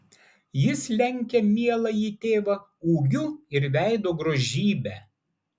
jis lenkia mieląjį tėvą ūgiu ir veido grožybe